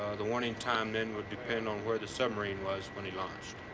the warning time then would depend on where the submarine was when it launched.